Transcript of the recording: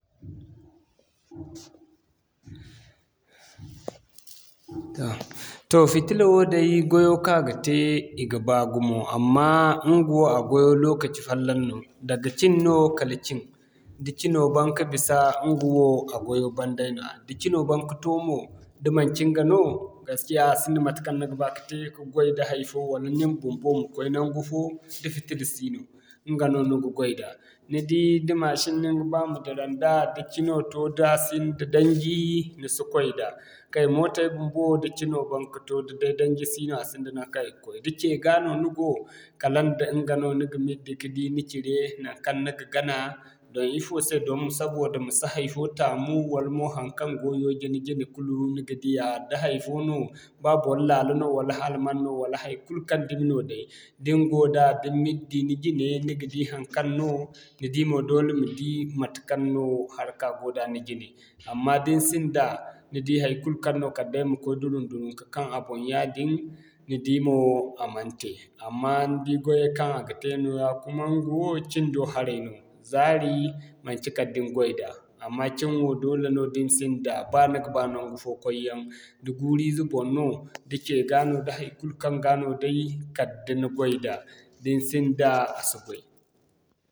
Toh fitilla wo day, gwayo kaŋ a ga te i ga baa gumo amma ɲgawo a gwayo lokaci fallaŋ no. Daga cin no kala cin da cino baŋ ka bisa ɲgawo a gwayo ban day nooya. Da cino baŋ ka to mo da manci ɲga no, gaskiya a sinda matekaŋ ni ga ba ka te ka goy da hay'fo wala nin bumbo ma koy naŋgu fo da fitilla sino. Ɲga no ni ga goy da ni di da mashin no ni ga ba ma dira nda da cino to da sinda daŋji ni si goy da. Kay mootay bumbo da cino baŋ ka to da day daŋji si no a sinda naŋkaŋ i ga koy. Da ce ga no ni go, kala nda ɲga no ni ga middi ka di naŋkaŋ ni ga gana doŋ ifo se, doŋ sabida masi hay'fo taamu wala mo haŋkaŋ go yooje ni jine kulu ni ga diya da hay'fo no ba bor laalo no wala haikulu kaŋ dumi no day da ni go da, da ni middi ni jine ni ga di haŋkaŋ no ni di mo doole ma di matekaŋ no haaraka go da ni jine. Amma da ni sinda ni di haikulu kaŋ no kala day ma koy dulum-dulum ka kaŋ a boŋ yaadin, ni di mo a man te. Amma ni di gwayay kaŋ a ga te nooya kuma ɲgawo cin do haray no zaari manci kala day ni goy da. Amma cin wo doole no da ni sinda ba ni ga baa naŋgu fo koy yaŋ, da guuru ize boŋ no, da cee ga no day kala da ni goy da din sinda a si goy.